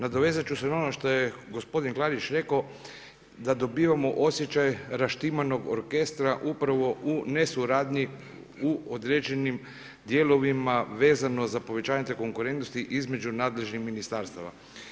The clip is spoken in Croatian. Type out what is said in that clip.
Nadovezat ću se na ono što je gospodin Klarić rekao da dobivamo osjećaj raštimanog orkestra upravo u nesuradnji u određenim dijelovima vezano za povećanje te konkurentnosti između nadležnih ministarstava.